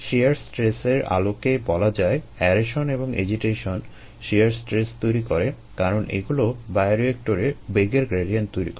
শিয়ার স্ট্রেসের আলোকে বলা যায় অ্যারেশন এবং এজিটেশন শিয়ার স্ট্রেস তৈরি করে কারণ এগুলো বায়োরিয়েক্টরে বেগের গ্র্যাডিয়েন্ট তৈরি করে